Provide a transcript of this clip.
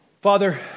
Father